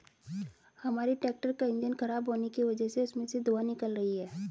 हमारे ट्रैक्टर का इंजन खराब होने की वजह से उसमें से धुआँ निकल रही है